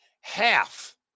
Half